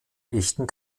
echten